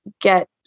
get